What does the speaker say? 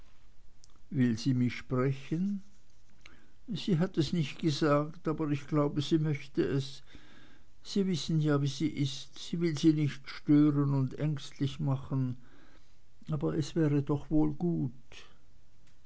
will sie mich sprechen sie hat es nicht gesagt aber ich glaube sie möchte es sie wissen ja wie sie ist sie will sie nicht stören und ängstlich machen aber es wäre doch wohl gut